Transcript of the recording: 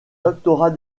doctorat